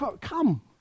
Come